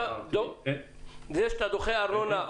זה שאתה דוחה ארנונה,